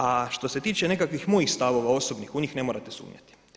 A što se tiče nekakvih mojih stavova osobnih u njih ne morate sumnjati.